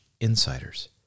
insiders